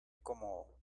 como